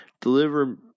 Deliver